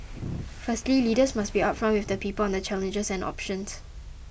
firstly leaders must be upfront with the people on the challenges and options